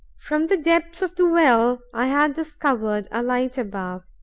from the depths of the well i had discovered a light above,